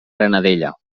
granadella